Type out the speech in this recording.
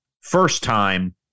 first-time